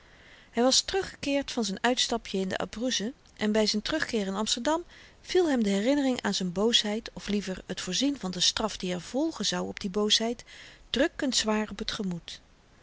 hy was teruggekeerd van z'n uitstapjen in de abruzzen en by z'n terugkeer in amsterdam viel hem de herinnering aan z'n boosheid of liever t voorzien van de straf die er volgen zou op die boosheid drukkend zwaar op t gemoed